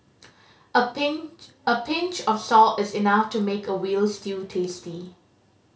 a pinch a pinch of salt is enough to make a veal stew tasty